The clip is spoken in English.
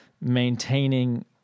maintaining